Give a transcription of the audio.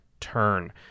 turn